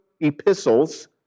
epistles